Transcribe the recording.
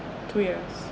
two years